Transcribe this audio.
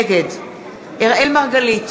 נגד אראל מרגלית,